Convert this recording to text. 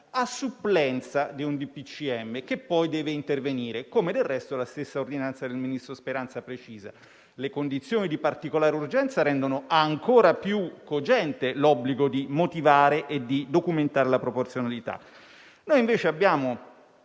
Consiglio dei ministri che poi deve intervenire, come del resto la stessa ordinanza del ministro Speranza precisa. Le condizioni di particolare urgenza rendono ancora più cogente l'obbligo di motivare e documentare la proporzionalità. Noi abbiamo